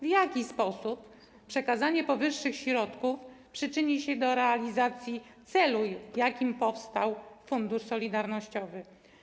W jaki sposób przekazanie powyższych środków przyczyni się do realizacji celu, w jakim powstał Fundusz Solidarnościowy?